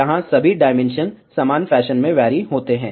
यहां सभी डायमेंशन समान फैशन में वैरी होते हैं